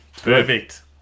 Perfect